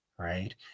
right